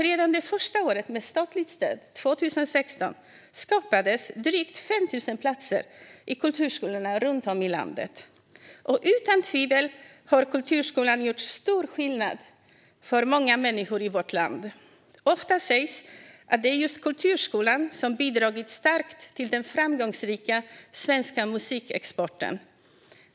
Redan det första året med statligt stöd, 2016, skapades drygt 5 000 platser i kulturskolorna runt om i landet. Utan tvivel har kulturskolan gjort stor skillnad för många människor i vårt land. Ofta sägs det att just kulturskolan bidragit starkt till den framgångsrika svenska musikexporten.